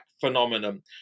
phenomenon